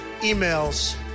emails